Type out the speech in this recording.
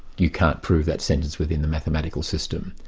you can't prove that sentence within the mathematical system.